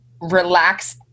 relax